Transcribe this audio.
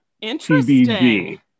Interesting